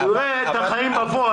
אלא רואה את החיים בפועל,